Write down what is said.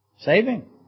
Saving